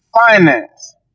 finance